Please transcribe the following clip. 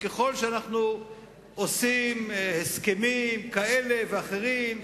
וככל שאנחנו עושים הסכמים כאלה ואחרים,